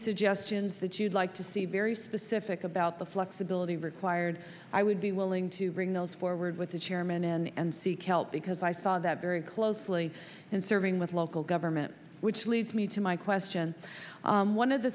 suggestions that you'd like to see very specific about the flexibility required i would be willing to bring those forward with the chairman and seek help because i saw that very closely and serving with local government which leads me to my question one of the